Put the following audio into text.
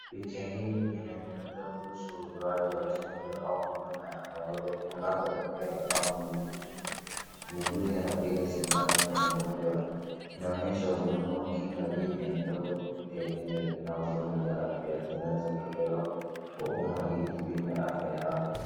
Picha hii inazungumza kuhusu utoaji wa chanjo au huduma ambapo daktari au muuguzi anapiga sindano kwa mgonjwa, inaonyesha umuhimu wa kinga dhidi ya mgonjwa kupitia chanjo na huduma za afya zinazotolewa kwa umma ili kulinda afya ya watu.